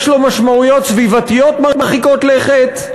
יש לו משמעויות סביבתיות מרחיקות לכת.